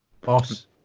Boss